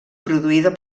produïda